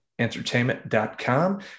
Entertainment.com